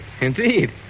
indeed